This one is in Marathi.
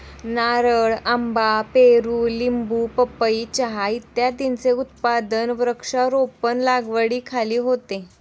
नारळ, आंबा, पेरू, लिंबू, पपई, चहा इत्यादींचे उत्पादन वृक्षारोपण लागवडीखाली होते